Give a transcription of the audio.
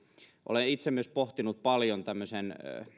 olen itse myös pohtinut paljon tämmöisen